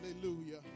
Hallelujah